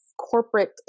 corporate